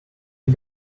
you